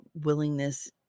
willingness